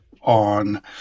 on